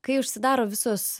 kai užsidaro visos